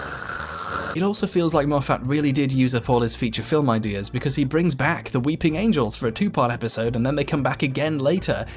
it also feels like moffat really did use up all his feature film ideas because he brings back the weeping angels for a two-part episode and then they come back again later,